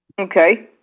Okay